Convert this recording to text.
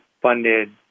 funded